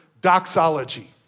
doxology